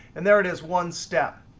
and there it is one step.